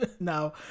Now